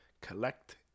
collect